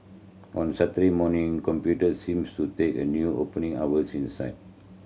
on Saturday morning computers seemed to take a new opening hours in the side